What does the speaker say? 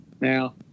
Now